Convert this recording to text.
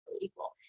equal